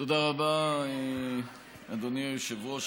תודה רבה, אדוני היושב-ראש.